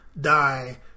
die